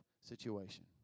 situation